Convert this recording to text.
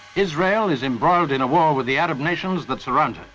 israel is embroiled in a war with the arab nations that surround it